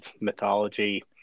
mythology